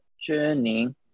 journey